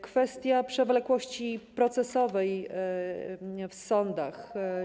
Kwestia przewlekłości procesowej w sądach.